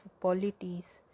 polities